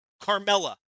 Carmella